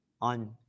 on